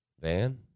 Van